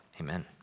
amen